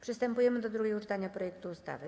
Przystępujemy do drugiego czytania projektu ustawy.